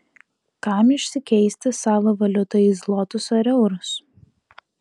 kam išsikeisti savą valiutą į zlotus ar eurus